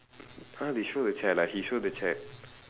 !huh! they show the chat ah like he show the chat